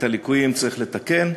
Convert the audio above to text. את הליקויים צריך לתקן,